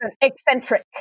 eccentric